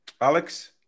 Alex